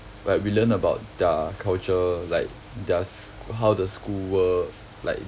like we learn about their culture like their s~ how the school work like